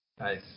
Nice